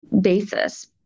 basis